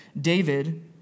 David